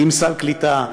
עם סל קליטה,